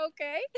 okay